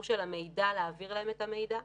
להעביר להם את המידע.